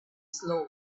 slowly